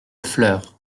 fleur